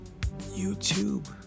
YouTube